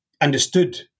understood